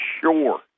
sure